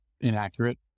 inaccurate